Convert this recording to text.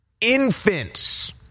infants